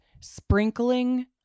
sprinkling